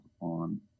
on